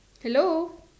hello